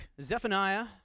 Zephaniah